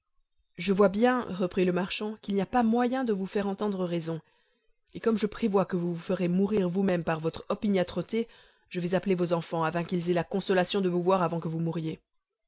je vois bien reprit le marchand qu'il n'y a pas moyen de vous faire entendre raison et comme je prévois que vous vous ferez mourir vous-même par votre opiniâtreté je vais appeler vos enfants afin qu'ils aient la consolation de vous voir avant que vous mouriez